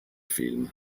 film